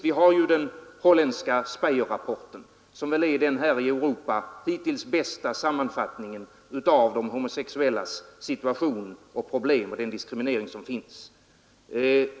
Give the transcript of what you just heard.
Vi har ju den holländska Speijerrapporten som väl är den hittills bästa sammanfattningen i Europa av de homosexuellas situation och problem och den diskriminering av dem som förekommer.